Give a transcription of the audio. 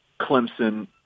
Clemson